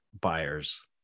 buyers